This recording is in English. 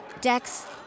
Dex